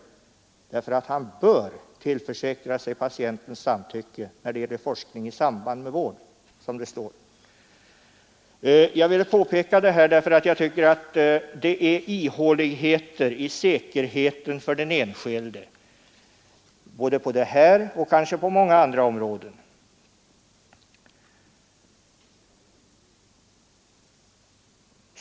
Det står bara att läkaren bör tillförsäkra sig patientens samtycke när det gäller forskning i samband med vård. Jag vill påpeka det här därför att jag tycker att det finns ihåligheter i säkerheten för den enskilde på det här och kanske många andra områden.